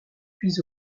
puis